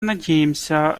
надеемся